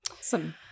Awesome